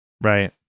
right